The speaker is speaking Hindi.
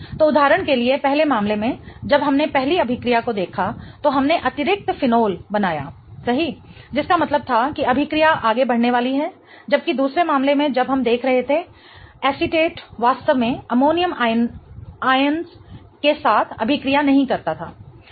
तो उदाहरण के लिए पहले मामले में जब हमने पहली अभिक्रिया को देखा तो हमने अतिरिक्त फेनोल बनाया सही जिसका मतलब था कि अभिक्रिया आगे बढ़ने वाली है जबकि दूसरे मामले में जब हम देख रहे थे एसीटेट वास्तव में अमोनियम आयनों के साथ अभिक्रिया नहीं करता था